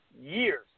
years